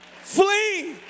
Flee